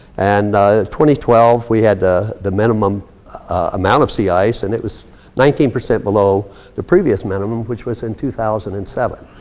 and twelve, we had the the minimum amount of sea ice and it was nineteen percent below the previous minimum which was in two thousand and seven.